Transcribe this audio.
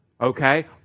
okay